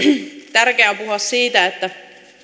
tärkeää on puhua siitä että